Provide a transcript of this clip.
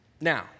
Now